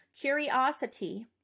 curiosity